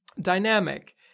dynamic